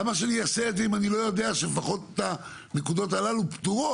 למה שאני אעשה את זה אם אני לא יודע שלפחות הנקודות הללו פטורות?